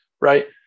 Right